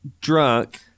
drunk